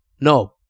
No